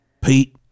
Pete